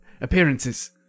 appearances